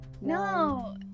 No